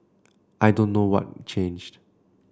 I don't know what changed